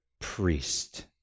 priest